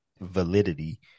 validity